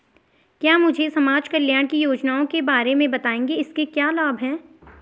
क्या मुझे समाज कल्याण की योजनाओं के बारे में बताएँगे इसके क्या लाभ हैं?